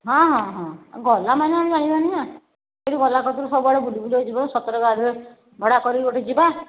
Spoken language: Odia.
ହଁ ହଁ ହଁ ଆ ଗଲା ମାନେ ଆମେ ଜାଣିବାନି ନା ସେଇଠି ଗଲା କତୁରୁ ସବୁଆଡ଼େ ବୁଲି ବୁଲିକି ଯିବ ସତରେ ବାହାରିବ ଭଡ଼ା କରିକି ଗୋଟେ ଯିବା